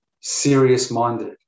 serious-minded